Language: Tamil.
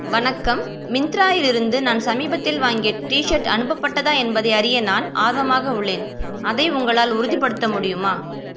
வணக்கம் மிந்திராயிலிருந்து நான் சமீபத்தில் வாங்கிய டிஷர்ட் அனுப்பப்பட்டதா என்பதை அறிய நான் ஆர்வமாக உள்ளேன் அதை உங்களால் உறுதிப்படுத்த முடியுமா